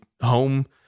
home